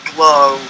Glow